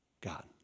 God